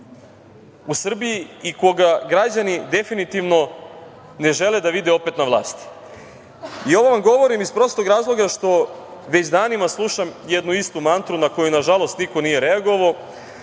u Srbiji i koga građani definitivno ne žele da vide opet na vlasti. Ovo vam govorim iz prostog razloga što već danima slušam jednu istu mantru na koju, nažalost, niko nije reagovao,